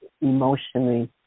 emotionally